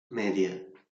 media